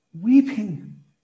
weeping